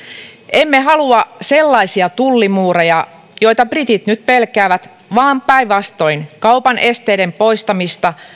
emme halua sellaisia tullimuureja joita britit nyt pelkäävät vaan päinvastoin kaupan esteiden poistamista